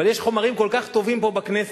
אבל יש חומרים כל כך טובים פה בכנסת,